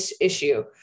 issue